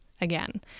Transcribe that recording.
Again